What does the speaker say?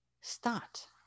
start